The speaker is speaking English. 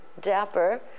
dapper